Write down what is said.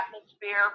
atmosphere